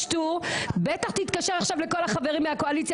בטח תתקשר עכשיו לכל החברים מהקואליציה